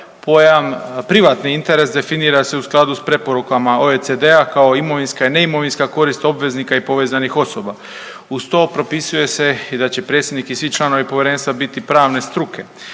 pojam privatni interes definira se u skladu s preporukama OECD-a kao imovinska i neimovinska korist obveznika i povezanih osoba, uz to propisuje se i da će predsjednik i svi članovi povjerenstva biti pravne struke.